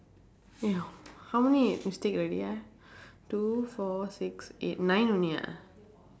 !aiyo! how many mistake already ah two four six eight nine only ah